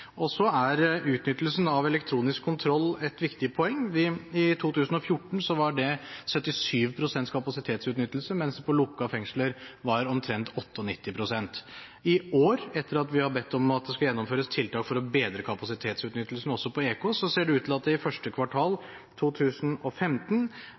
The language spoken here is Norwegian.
Utnyttelsen av elektronisk kontroll er et viktig poeng. I 2014 var det 77 pst. kapasitetsutnyttelse, mens i lukkede fengsel var det omtrent 98 pst. I år, etter at vi har bedt om at det skal gjennomføres tiltak for å bedre kapasitetsutnyttelsen også på EK, ser det ut som om det første kvartal 2015